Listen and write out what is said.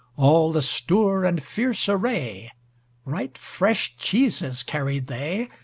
all the stour and fierce array right fresh cheeses carried they,